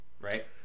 Right